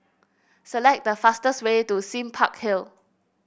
select the fastest way to Sime Park Hill